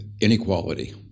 inequality